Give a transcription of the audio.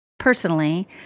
personally